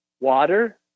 water